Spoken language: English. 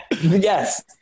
yes